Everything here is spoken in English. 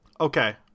Okay